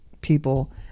people